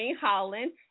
Holland